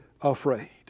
afraid